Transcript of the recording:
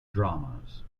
dramas